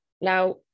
Now